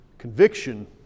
Conviction